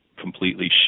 completely